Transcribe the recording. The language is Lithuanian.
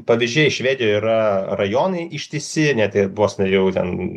pavyzdžiai švedijoj yra rajonai ištisi net ir vos ne jau ten